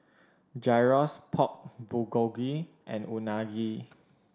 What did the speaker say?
Gyros Pork Bulgogi and Unagi